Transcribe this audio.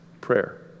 prayer